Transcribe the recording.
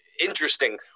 interesting